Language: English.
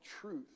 truth